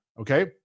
okay